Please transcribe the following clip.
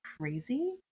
crazy